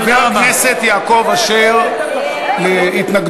חבר הכנסת יעקב אשר, להתנגדות.